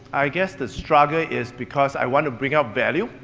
i guess the struggle is because i wanna bring up value,